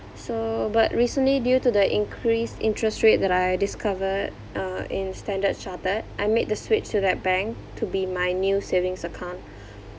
so but recently due to the increased interest rate that I discovered uh in standard chartered I made the switch to that bank to be my new savings account